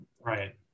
Right